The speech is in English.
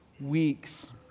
weeks